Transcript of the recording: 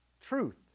truth